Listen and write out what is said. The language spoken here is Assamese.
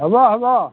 হ'ব হ'ব